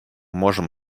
можем